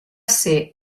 ser